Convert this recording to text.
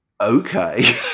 okay